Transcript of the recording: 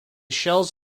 shells